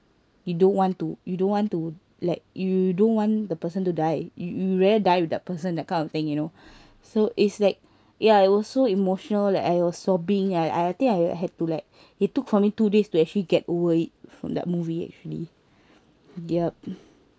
you don't want to you don't want to like you don't want the person to die you rather die with that person that kind of thing you know so is like ya it was so emotional that I was sobbing I I I think I had to like it took for me two days to actually get over it from that movie actually yup